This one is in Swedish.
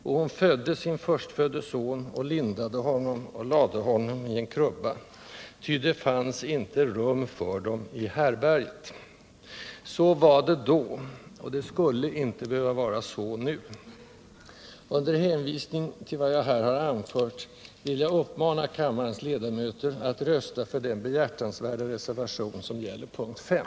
Och hon födde sin förstfödde son och lindade honom och lade honom i en krubba, ty det fanns icke rum för dem i härbärget.” Så var det då, men det skulle inte behöva vara så i dag. Med hänvisning till vad jag här har anfört vill jag uppmana kammarens ledamöter att rösta för den behjärtansvärda reservation som gäller punkten 5.